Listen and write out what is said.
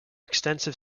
extensive